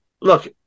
look